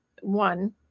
One